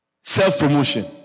self-promotion